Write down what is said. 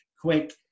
quick